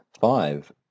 five